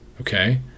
Okay